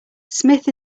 smith